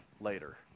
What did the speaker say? later